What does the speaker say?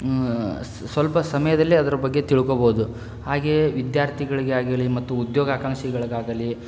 ಸ್ವಲ್ಪ ಸಮಯದಲ್ಲೇ ಅದರ ಬಗ್ಗೆ ತಿಳ್ಕೊಬೌದು ಹಾಗೇ ವಿದ್ಯಾರ್ಥಿಗಳಿಗೆ ಆಗಲಿ ಮತ್ತು ಉದ್ಯೋಗ ಆಕಾಂಕ್ಷಿಗಳಿಗಾಗಲಿ